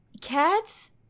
Cats